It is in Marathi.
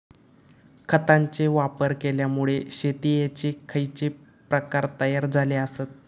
खतांचे वापर केल्यामुळे शेतीयेचे खैचे प्रकार तयार झाले आसत?